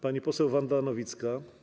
Pani poseł Wanda Nowicka.